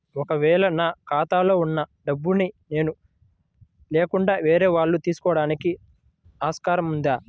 ఒక వేళ నా ఖాతాలో వున్న డబ్బులను నేను లేకుండా వేరే వాళ్ళు తీసుకోవడానికి ఆస్కారం ఉందా?